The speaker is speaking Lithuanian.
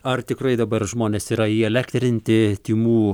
ar tikrai dabar žmonės yra įelektrinti tymų